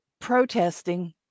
protesting